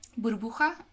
burbuja